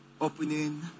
opening